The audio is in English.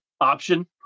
option